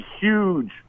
huge